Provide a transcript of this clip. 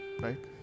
right